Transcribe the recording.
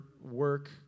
work